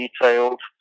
detailed